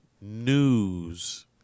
news